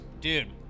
dude